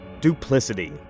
Duplicity